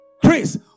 Chris